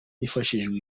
hifashishwa